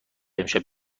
امشب